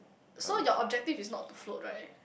so your objective is not to float right